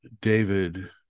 David